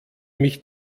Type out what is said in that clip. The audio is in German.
mich